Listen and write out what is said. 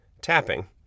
tapping